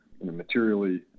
materially